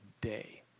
day